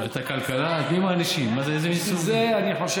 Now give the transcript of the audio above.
מענישים את הכלכלה